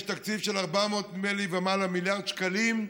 יש תקציב, נדמה לי של 400 ומעלה מיליארד שקלים,